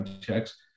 checks